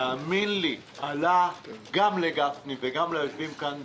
תאמין לי זה עלה גם לגפני וגם ליושבים כאן בדמים,